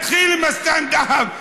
מתחילים עם הסטנד-אפ.